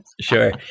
sure